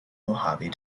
mojave